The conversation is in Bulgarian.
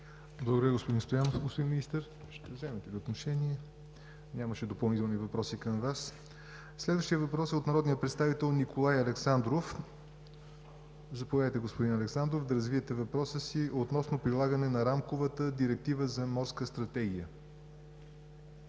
Благодаря, господин Стоянов. Господин Министър, ще вземете ли отношение? Нямаше допълнителни въпроси към Вас. Следващият въпрос е от народния представител Николай Александров. Заповядайте, господин Александров, да развиете въпроса си относно прилагане на Рамковата директива за Морска стратегия.